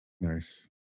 Nice